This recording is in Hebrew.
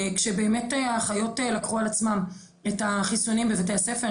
כשבאמת האחיות לקחו על עצמן את החיסונים בבתי הספר,